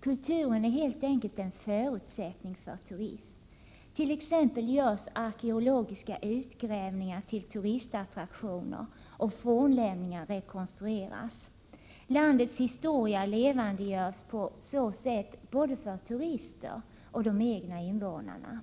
Kulturen är helt enkelt en förutsättning för turism. Arkeologiska utgrävningar görs t.ex. till turistattraktioner, och fornlämningar rekonstrueras. Landets historia levandegörs på så sätt både för turister och för de egna invånarna.